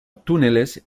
túneles